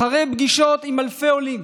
אחרי פגישות עם אלפי עולים,